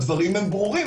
הדברים ברורים.